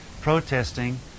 protesting